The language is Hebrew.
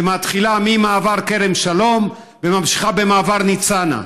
מתחילה ממעבר כרם שלום וממשיכה במעבר ניצנה.